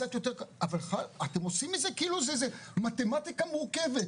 אבל אתם עושים מזה כאילו זה איזה מתמטיקה מורכבת.